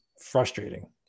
frustrating